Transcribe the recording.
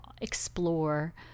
explore